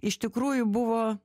iš tikrųjų buvo